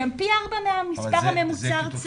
שהם פי ארבעה מהממוצע הארצי.